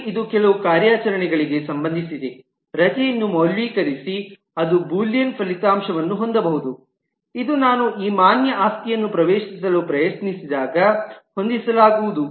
ಆದರೆ ಇದು ಕೆಲವು ಕಾರ್ಯಾಚರಣೆಗಳಿಗೆ ಸಂಬಂಧಿಸಿದೆ ರಜೆಯನ್ನು ಮೌಲ್ಯೀಕರಿಸಿ ಅದು ಬೂಲಿಯನ್ ಫಲಿತಾಂಶವನ್ನು ಹೊಂದಬಹುದು ಇದು ನಾನು ಈ ಮಾನ್ಯ ಆಸ್ತಿಯನ್ನು ಪ್ರವೇಶಿಸಲು ಪ್ರಯತ್ನಿಸಿದಾಗ ಹೊಂದಿಸಲಾಗುವುದು